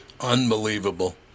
Unbelievable